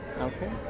Okay